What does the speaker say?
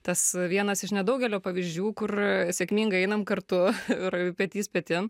tas vienas iš nedaugelio pavyzdžių kur sėkmingai einam kartu ir petys petin